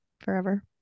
forever